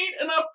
enough